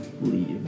leave